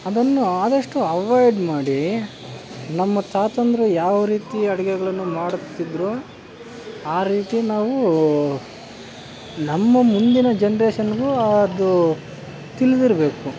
ಅದನ್ನು ಆದಷ್ಟು ಅವಾಯ್ಡ್ ಮಾಡಿ ನಮ್ಮ ತಾತಂದಿರು ಯಾವ ರೀತಿ ಅಡಿಗೆಗಳನ್ನು ಮಾಡುತ್ತಿದ್ರೋ ಆ ರೀತಿ ನಾವು ನಮ್ಮ ಮುಂದಿನ ಜನ್ರೇಶನ್ಗೂ ಅದು ತಿಳಿದಿರ್ಬೇಕು